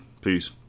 peace